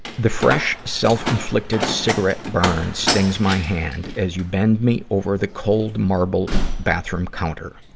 the fresh, self-inflicted cigarette burn stings my hand, as you bend me over the cold, marble bathroom counter.